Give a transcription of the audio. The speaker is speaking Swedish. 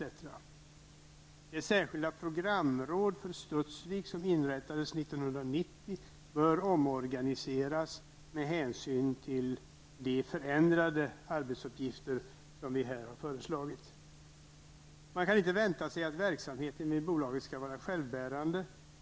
Det särskilda programråd för Studsvik som inrättades år 1990 bör omorganiseras med hänsyn till de förändrade arbetsuppgifter som här föreslagits. Man kan inte vänta sig att verksamheten vid bolaget skall vara självbärande.